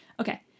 Okay